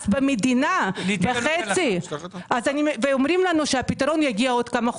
במדינה בחצי ואומרים לנו שהפתרון יגיע עוד כמה חודשים.